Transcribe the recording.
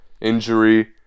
injury